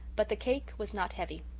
but the cake was not heavy.